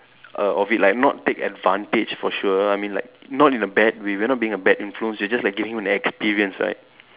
err of it like not take advantage for sure I mean like not in a bad way we're not being a bad influence we're just like giving him an experience right